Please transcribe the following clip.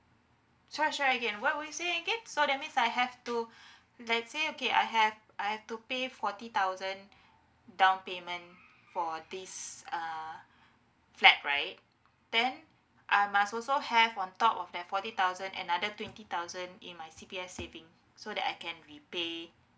sorry sorry again what were you saying again so that means I have to let's say okay I have I have to pay forty thousand down payment for this uh flat right then I must also have on top of that forty thousand another twenty thousand in my C_P_F saving so that I can repay